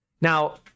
Now